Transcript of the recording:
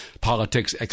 politics